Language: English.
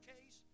case